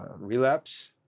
Relapse